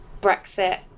Brexit